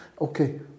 okay